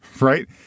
right